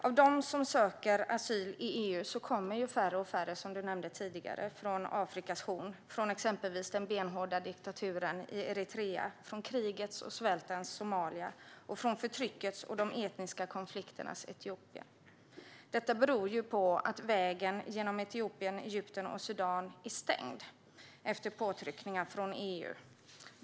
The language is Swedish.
Av de som söker asyl i EU kommer färre och färre, som ministern nämnde tidigare, från Afrikas horn, exempelvis från den benhårda diktaturen i Eritrea, från krigets och svältens Somalia och från förtryckets och de etniska konflikternas Etiopien. Det beror på att vägen genom Etiopien, Egypten och Sudan är stängd efter påtryckningar från EU.